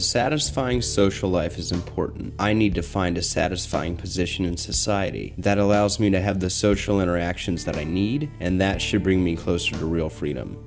a satisfying social life is important i need to find a satisfying position in society that allows me to have the social interactions that i need and that should bring me closer to real freedom